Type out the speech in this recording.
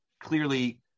clearly